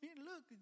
Look